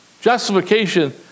Justification